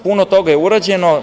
Puno toga je urađeno.